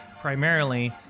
primarily